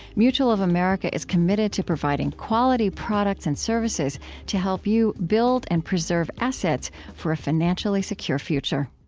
mutual of america is committed to providing quality products and services to help you build and preserve assets for a financially secure future